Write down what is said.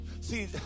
See